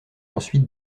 ensuite